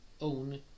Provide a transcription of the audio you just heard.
own